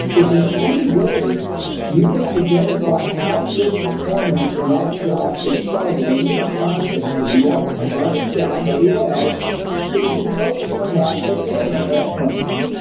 is there any way you can identify how your performance in that job excelled in any of the processes to be above and beyond everyone else so you can focus on that advantage? that's one thing.